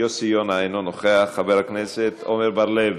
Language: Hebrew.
יוסי יונה, אינו נוכח, חבר הכנסת עמר בר-לב,